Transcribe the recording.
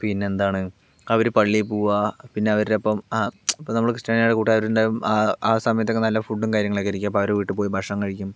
പിന്നെ എന്താണ് അവര് പള്ളിയിൽ പോകുക പിന്നെ അവരുടെ ഒപ്പം ഇപ്പോൾ നമ്മുടെ ക്രിസ്ത്യാനികള് കൂട്ടുകാർ ഉണ്ടാകും ആ സമയത്തൊക്കെ നല്ല ഫുഡും കാര്യങ്ങളൊക്കെ ആയിരിക്കും അപ്പോൾ അവരുടെ വീട്ടിൽ പോയി ഭക്ഷണം കഴിക്കും